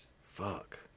Fuck